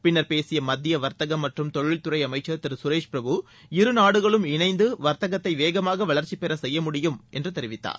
பின்னர் பேசிய மத்திய வர்த்தகம் மற்றும் தொழில்துறை அமைச்சர் திரு சுரேஷ் பிரபு இருநாடுகளும் இணைந்து வர்த்தகத்தை வேகமாக வளர்ச்சிப்பெற செய்ய முடியும் என்று தெரிவித்தார்